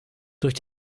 durch